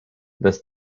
less